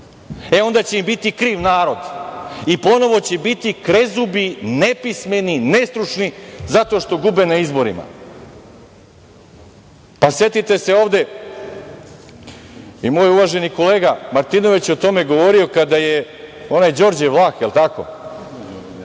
E, onda će im biti kriv narod i ponovo će biti krezubi, nepismeni, nestručni, zato što gube na izborima. Setite se, ovde je i moj uvaženi kolega Martinović o tome govorio, kada je onaj Đorđe Vlah pričao,